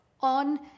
on